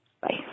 Bye